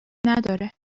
نداره